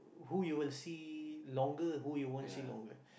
who you will see longer who you won't see longer